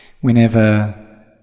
Whenever